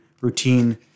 routine